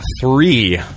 three